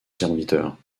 serviteur